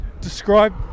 describe